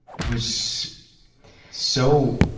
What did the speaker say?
was so